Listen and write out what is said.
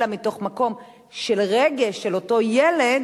אלא מתוך מקום של רגש של אותו ילד,